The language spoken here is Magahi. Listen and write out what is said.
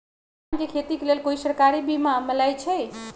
धान के खेती के लेल कोइ सरकारी बीमा मलैछई?